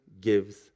gives